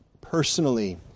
personally